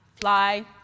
Fly